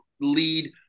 lead